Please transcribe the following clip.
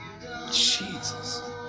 Jesus